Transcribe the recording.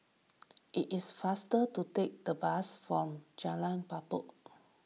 it is faster to take the bus from Jalan Datoh